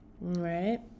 right